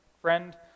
friend